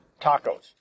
tacos